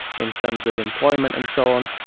in terms of employment and so on,